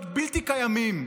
להיות בלתי קיימים.